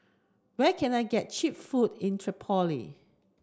where can I get cheap food in Tripoli